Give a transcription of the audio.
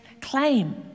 claim